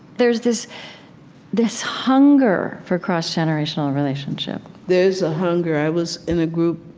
there's this this hunger for cross-generational relationship there is a hunger. i was in a group